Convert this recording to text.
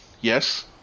yes